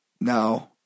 Now